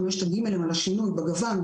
על השינוי בגוון,